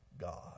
God